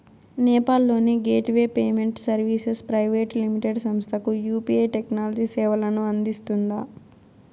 నేపాల్ లోని gateway payment services private limited సంస్థకు UPI technology సేవలను అందిస్తుందా?